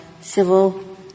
civil